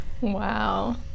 Wow